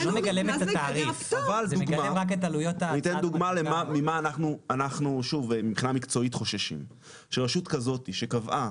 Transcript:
אני אתן דוגמא ממה אנחנו מבחינה מקצועית חוששים שרשות כזאת שקבעה